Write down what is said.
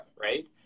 right